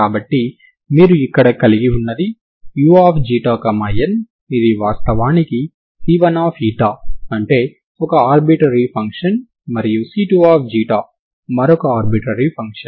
కాబట్టి మీరు ఇక్కడ కలిగి ఉన్నది uξη ఇది వాస్తవానికి C1 అంటే ఒక ఆర్బిట్రరీ ఫంక్షన్ మరియు C2 మరొక ఆర్బిట్రరీ ఫంక్షన్